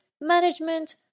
management